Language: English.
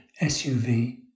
SUV